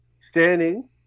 standing